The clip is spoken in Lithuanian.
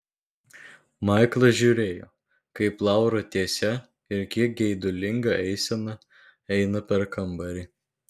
maiklas žiūrėjo kaip laura tiesia ir kiek geidulinga eisena eina per kambarį